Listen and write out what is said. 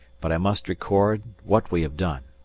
but i must record what we have done.